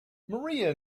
maria